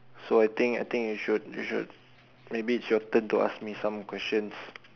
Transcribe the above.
so I think I think you should you should maybe it's your turn to ask me some questions